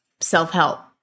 self-help